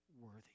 worthy